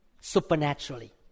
Supernaturally